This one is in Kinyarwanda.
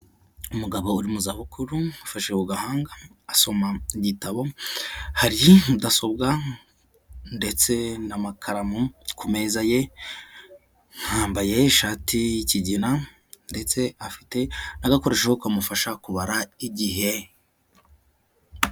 Umugabo uri mu zabukuru ufashe ku gahanga asoma gitabo, hari mudasobwa ndetse n'amakaramu ku meza ye, anambaye ishati y'ikigina ndetse afite agakoresho ke kamufasha kubara igihe.